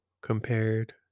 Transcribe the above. compared